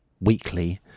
weekly